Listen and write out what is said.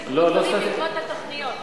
שיקרו דברים בעקבות התוכניות,